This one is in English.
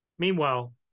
Meanwhile